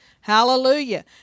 Hallelujah